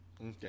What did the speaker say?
Okay